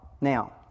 Now